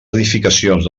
edificacions